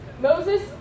Moses